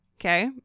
okay